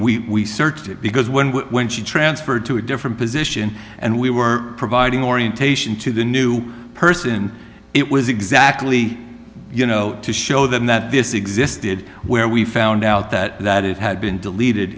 searched it because when when she transferred to a different position and we were providing orientation to the new person it was exactly you know to show them that this existed where we found out that that it had been deleted